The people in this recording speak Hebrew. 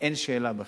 אין שאלה בכלל.